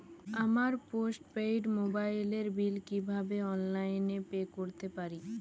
আমার post paid মোবাইলের bill কীভাবে অনলাইনে পে করতে পারি?